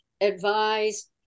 advised